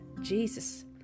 Jesus